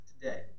today